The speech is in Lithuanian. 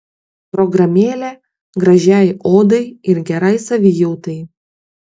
programėlė gražiai odai ir gerai savijautai